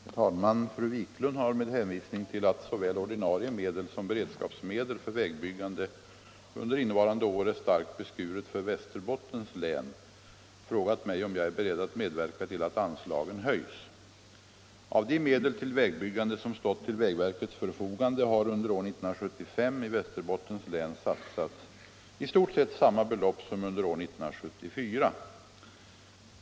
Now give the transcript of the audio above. Herr talman! Fru Wiklund har med hänvisning till att såväl ordinarie medel som beredskapsmedel för vägbyggande under innevarande år är starkt beskurna för Västerbottens län frågat mig om jag är beredd att medverka till att anslagen höjs. Av de medel till vägbyggande som stått till vägverkets förfogande har under år 1975 i Västerbottens län satsats i stort sett samma belopp som under år 1974.